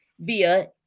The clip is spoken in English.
via